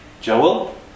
Joel